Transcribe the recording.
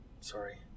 sorry